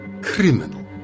criminal